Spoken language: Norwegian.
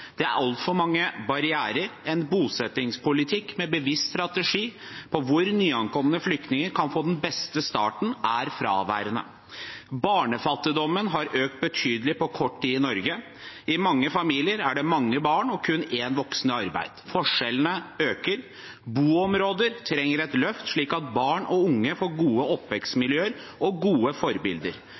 Det er altfor mange barrierer. En bosettingspolitikk med en bevisst strategi for hvor nyankomne flyktninger kan få den beste starten, er fraværende. Barnefattigdommen i Norge har økt betydelig på kort tid. I mange familier er det mange barn og kun én voksen i arbeid. Forskjellene øker. Boområder trenger et løft, slik at barn og unge får gode oppvekstmiljøer og gode forbilder.